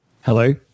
Hello